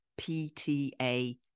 PTA